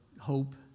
Hope